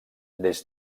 des